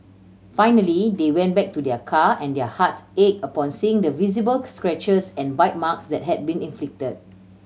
finally they went back to their car and their hearts ached upon seeing the visible scratches and bite marks that had been inflicted